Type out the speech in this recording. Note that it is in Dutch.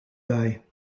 bij